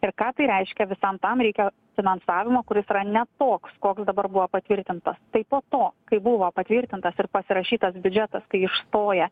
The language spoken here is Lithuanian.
ir ką tai reiškia visam tam reikia finansavimo kuris yra ne toks koks dabar buvo patvirtintas tai po to kai buvo patvirtintas ir pasirašytas biudžetas kai išstoja